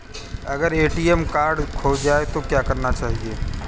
अगर ATM card खो जाए तो क्या करना चाहिए?